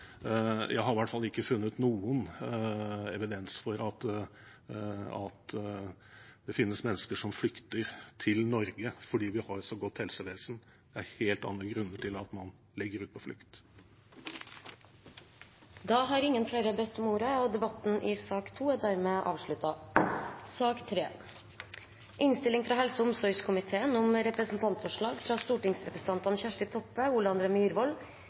Jeg har iallfall ikke funnet noen evidens for at det finnes mennesker som flykter til Norge fordi vi har så godt helsevesen. Det er helt andre grunner til at man legger ut på flukt. Flere har ikke bedt om ordet til sak nr. 2. Etter ønske fra helse- og omsorgskomiteen vil presidenten ordne debatten på følgende måte: 5 minutter til saksordføreren, 3 minutter til øvrige partigrupper og